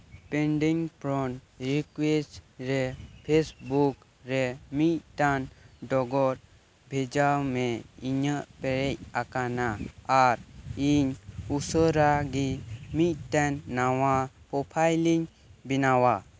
pending friend request ᱨᱮ Facebook ᱨᱮ ᱢᱤᱫᱽᱴᱟᱝ ᱰᱚᱜᱚᱨ ᱵᱷᱮᱡᱟᱭ ᱢᱮ ᱤᱧᱟᱹᱜ ᱯᱮᱨᱮᱡ ᱟᱠᱟᱱᱟ ᱟᱨ ᱤᱧ ᱩᱥᱟᱹᱨᱟ ᱜᱮ ᱢᱤᱫᱽᱴᱟᱝ ᱱᱟᱣᱟ ᱯᱨᱚᱯᱷᱟᱭᱤᱞᱤᱧ ᱵᱮᱱᱟᱣᱟ